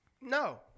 No